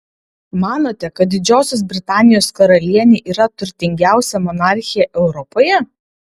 manote kad didžiosios britanijos karalienė yra turtingiausia monarchė europoje